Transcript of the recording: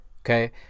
okay